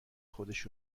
خودش